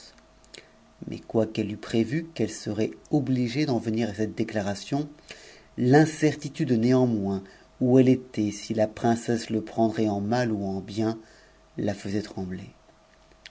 mais quoiqu'elle eût prévu qu'elle serait obligée d'en venir à cette déclaration i'incerti tude néanmoins où elle était si la princesse le prendrait en mal ou eu bien la